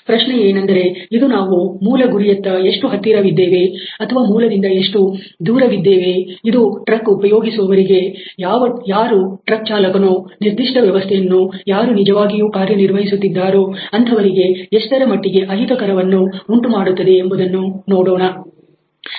ಪ್ರಶ್ನೆ ಏನಂದರೆ ಇದು ನಾವು ಮೂಲ ಗುರಿಯತ್ತ ಎಷ್ಟು ಹತ್ತಿರದ್ದೇವೆ ಅಥವಾ ಮೂಲದಿಂದ ಎಷ್ಟು ದೂರವಿದ್ದೇವೆ ಇದು ಟ್ರಕ್ ಉಪಯೋಗಿಸುವವರಿಗೆ ಯಾರು ಟ್ರಕ್ ಚಾಲಕನೋ ನಿರ್ದಿಷ್ಟ ವ್ಯವಸ್ಥೆಯನ್ನು ಯಾರು ನಿಜವಾಗಿಯೂ ಕಾರ್ಯನಿರ್ವಹಿಸುತ್ತಿದ್ದಾರೋ ಅಂತವರಿಗೆ ಎಷ್ಟರಮಟ್ಟಿಗೆ ಅಹಿತಕರವನ್ನು ಉಂಟುಮಾಡುತ್ತದೆ ಎಂಬುದನ್ನು ನೋಡೋಣ